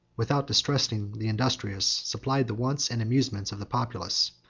without distressing the industrious, supplied the wants and amusements of the populace.